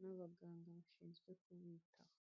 n'abaganga bashinzwe kubitaho.